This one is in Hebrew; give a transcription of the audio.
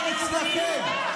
זה אצלכם.